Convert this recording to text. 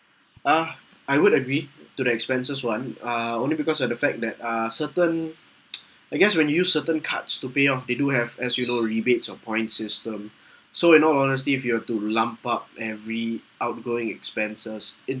ah I would agree to the expenses [one] uh only because of the fact that uh certain I guess when you certain cards to pay off they do have as you know a rebate of point system so in all honesty if you've to lump up every outgoing expenses into